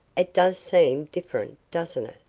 it does seem different, doesn't it?